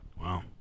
Wow